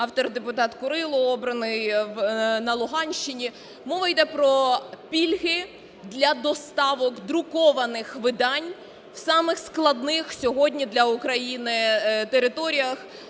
Автор - депутат Курило, обраний на Луганщині. Мова іде про пільги для доставок друкованих видань в самих складних сьогодні для України територіях